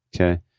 Okay